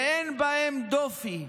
ואין בהם דופי,